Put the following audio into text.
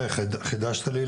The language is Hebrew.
חידשת לי,